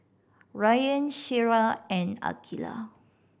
Rayyan Syirah and Aqilah